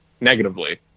negatively